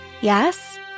Yes